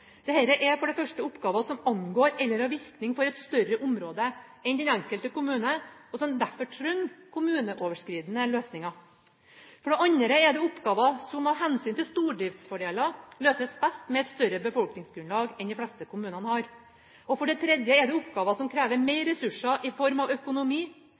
representerer. Dette er for det første oppgaver som angår eller har virkning for et større område enn den enkelte kommune, og som derfor trenger kommuneoverskridende løsninger. For det andre er det oppgaver som av hensyn til stordriftsfordeler løses best med et større befolkningsgrunnlag enn det de fleste kommunene har. Og for det tredje er det oppgaver som krever mer ressurser i form av økonomi